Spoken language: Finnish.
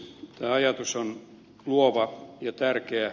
tämä ajatus on luova ja tärkeä